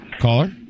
Caller